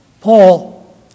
Paul